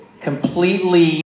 completely